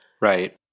Right